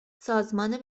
سازمان